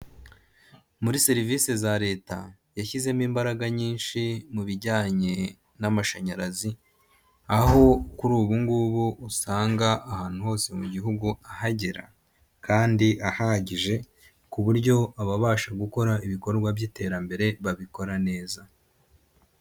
Muri serivisi za leta yashyizemo imbaraga nyinshi mu bijyanye n'amashanyarazi, aho kuri ubu ngubu usanga ahantu hose mu gihugu ahagera; kandi ahagije ku buryo ababasha gukora ibikorwa by'iterambere babikora neza.